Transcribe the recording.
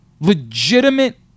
legitimate